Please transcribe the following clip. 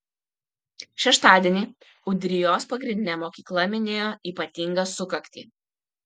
šeštadienį ūdrijos pagrindinė mokykla minėjo ypatingą sukaktį